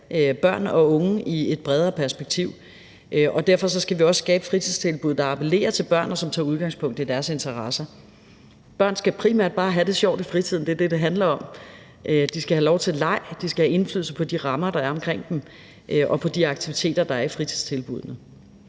børn og unge i et bredere perspektiv, og derfor skal vi også skabe fritidstilbud, der appellerer til børn, og som tager udgangspunkt i deres interesser. Børn skal primært bare have det sjovt i fritiden – det er det, det handler om – de skal have lov til leg, og de skal have indflydelse på de rammer, der er omkring dem, og på de aktiviteter, der er i fritidstilbuddene.